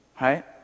right